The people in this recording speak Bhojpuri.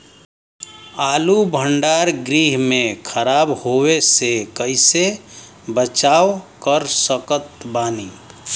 आलू भंडार गृह में खराब होवे से कइसे बचाव कर सकत बानी?